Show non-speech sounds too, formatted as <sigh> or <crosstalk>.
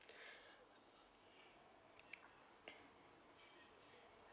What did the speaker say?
<breath>